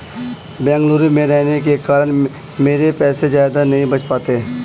बेंगलुरु में रहने के कारण मेरे पैसे ज्यादा नहीं बच पाते